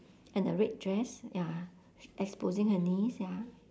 and a red dress ya exposing her knees ya